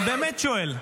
אני באמת שואל.